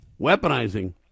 weaponizing